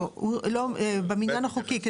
לא, זה